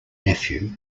nephew